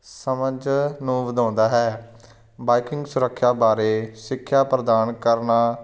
ਸਮਝ ਨੂੰ ਵਧਾਉਂਦਾ ਹੈ ਬਾਈਕਿੰਗ ਸੁਰੱਖਿਆ ਬਾਰੇ ਸਿੱਖਿਆ ਪ੍ਰਦਾਨ ਕਰਨਾ